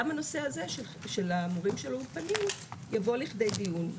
גם הנושא הזה של המורים של האולפנים יבוא לכדי דיון.